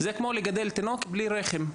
זה כמו לגדל תינוק בלי רחם.